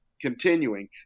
continuing